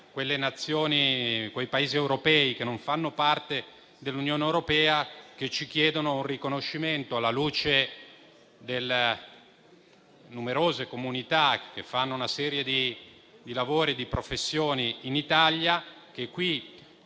quei Paesi europei che non fanno parte dell'Unione europea, che ci chiedono un riconoscimento, alla luce delle numerose comunità che svolgono una serie di lavori e di professioni in Italia, che qui